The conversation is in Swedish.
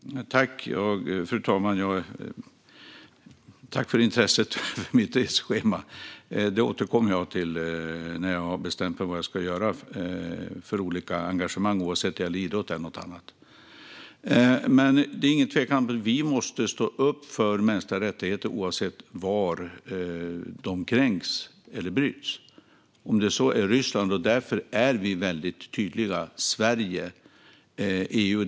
Fru talman! Tack, Håkan Svenneling, för intresset för mitt reseschema! Det återkommer jag till när jag har bestämt vad jag ska åta mig för engagemang, oavsett om det gäller idrott eller något annat. Det är ingen tvekan om att vi måste stå upp för mänskliga rättigheter oavsett var de kränks. Därför är vi i Sverige väldigt tydliga med detta i EU.